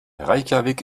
reykjavík